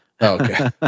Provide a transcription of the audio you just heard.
Okay